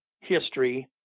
history